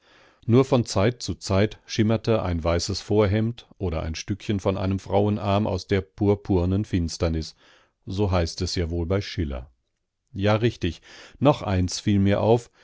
nur von zeit zu zeit schimmerte ein weißes vorhemd oder ein stückchen von einem frauenarm aus der purpurnen finsternis purpurne finsternis schiller der taucher so heißt es ja wohl bei schiller ja richtig noch eins fiel mir auf